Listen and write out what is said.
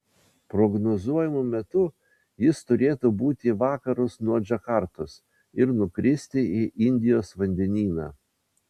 prognozuojamu metu jis turėtų būti į vakarus nuo džakartos ir nukristi į indijos vandenyną